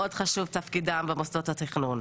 מאוד חשוב תפקידם במוסדות התכנון,